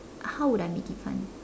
how would I make it fun